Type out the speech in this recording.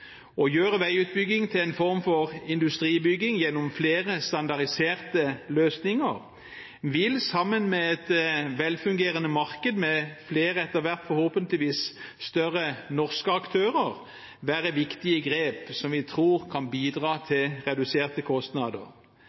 Å gjøre veiutbygging til en form for industribygging gjennom flere standardiserte løsninger vil, sammen med et velfungerende marked med forhåpentligvis etter hvert flere større norske aktører, være viktige grep som vi tror kan bidra til reduserte kostnader.